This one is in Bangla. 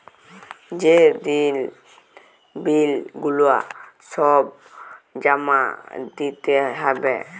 যে দিন বিল গুলা সব জমা দিতে হ্যবে